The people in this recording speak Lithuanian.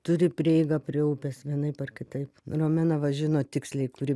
turi prieigą prie upės vienaip ar kitaip romena va žino tiksliai kuri